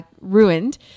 ruined